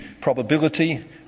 probability